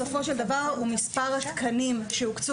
בסופו של דבר הוא מספר התקנים שהוקצו